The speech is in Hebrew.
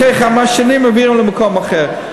אחרי כמה שנים מעבירים למקום אחר.